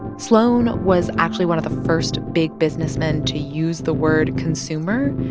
sloan was, actually, one of the first big businessmen to use the word consumer.